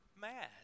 mad